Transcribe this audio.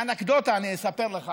באנקדוטה אני אספר לך,